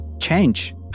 change